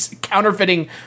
counterfeiting